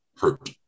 Hurt